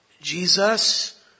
Jesus